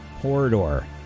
corridor